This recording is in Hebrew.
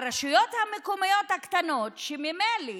הרשויות המקומיות הקטנות, שממילא